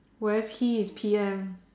whereas he is P_M